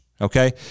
Okay